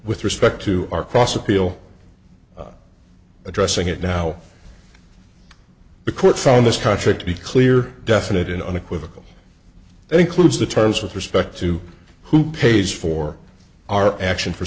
with respect to our cross appeal addressing it now the court found this country to be clear definite and unequivocal it includes the terms with respect to who pays for our action for